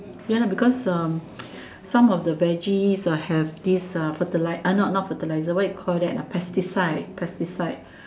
mm ya because um some of the veggies will have this uh fertilizer uh not fertilizer what do you call that ah pesticide pesticide